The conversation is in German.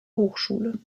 hochschule